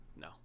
No